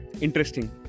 interesting